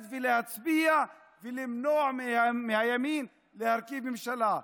ולהצביע ולמנוע מהימין להרכיב ממשלה.